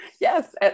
yes